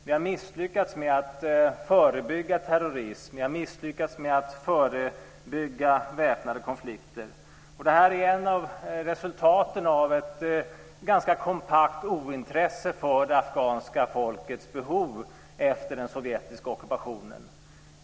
Vi har misslyckats med att förebygga terrorism. Vi har misslyckats med förebygga väpnade konflikter. Det här är ett av resultaten av ett ganska kompakt ointresse för det afghanska folkets behov efter den sovjetiska ockupationen.